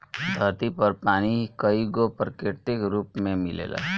धरती पर पानी कईगो प्राकृतिक रूप में मिलेला